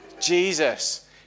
Jesus